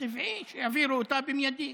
טבעי שיעבירו אותה במיידי.